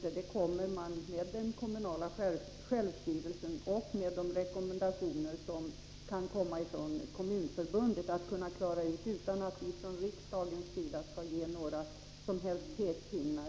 tack vare den kommunala självstyrelsen och med hjälp av de rekommendationer som kan komma från Kommunförbundet, kan klara av att ta fram de summor och avgifter som behövs, utan att riksdagen ger några som helst pekpinnar.